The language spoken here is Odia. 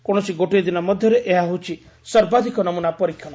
କୌଣସି ଗୋଟିଏ ଦିନ ମଧ୍ୟରେ ଏହା ହେଉଛି ସର୍ବାଧିକ ନମନା ପରୀକ୍ଷଣ